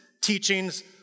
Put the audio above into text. teachings